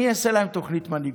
אני אעשה להם תוכנית מנהיגות.